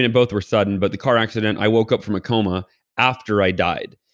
and both were sudden, but the car accident, i woke up from a coma after i died.